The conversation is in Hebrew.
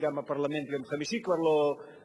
והפרלמנט כבר ביום חמישי לא מתכנס,